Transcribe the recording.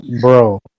bro